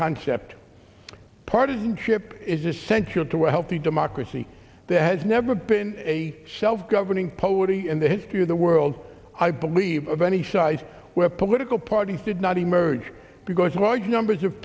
concept partisanship is essential to a healthy democracy that has never been a self governing poetry in the history of the world i believe of any size where political parties did not emerge because large numbers of